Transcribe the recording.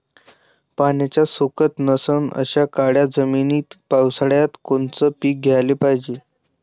पाण्याचा सोकत नसन अशा काळ्या जमिनीत पावसाळ्यात कोनचं पीक घ्याले पायजे?